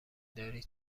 داری